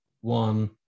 one